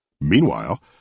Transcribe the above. Meanwhile